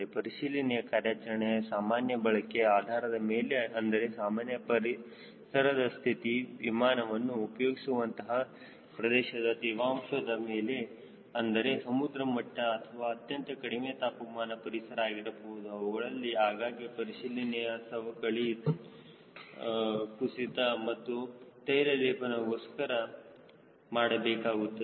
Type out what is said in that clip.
ಪರಿಶೀಲನೆಯ ಕಾರ್ಯಾಚರಣೆಯ ಸಾಮಾನ್ಯ ಬಳಕೆಯ ಆಧಾರದ ಮೇಲೆ ಅಂದರೆ ಸಾಮಾನ್ಯ ಪರಿಸರದ ಸ್ಥಿತಿ ವಿಮಾನವನ್ನು ಉಪಯೋಗಿಸುವಂತಹ ಪ್ರದೇಶದ ತೇವಾಂಶದ ಮೇಲೆ ಅಂದರೆ ಸಮುದ್ರ ಮಟ್ಟ ಅಥವಾ ಅತ್ಯಂತ ಕಡಿಮೆ ತಾಪಮಾನದ ಪರಿಸರ ಆಗಿರಬಹುದು ಅವುಗಳಲ್ಲಿ ಆಗಾಗ್ಗೆ ಪರಿಶೀಲನೆಯನ್ನು ಸವಕಳಿ ತುಮಕೂರು ಮತ್ತು ತೈಲಲೇಪನ ಗೋಸ್ಕರ ಮಾಡಬೇಕಾಗುತ್ತದೆ